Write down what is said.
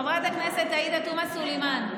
רגע, חברת הכנסת עאידה תומא סלימאן,